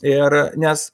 ir nes